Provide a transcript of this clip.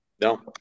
No